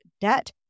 debt